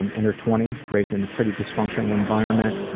and in her twenties, raised in a pretty dysfunctional environment.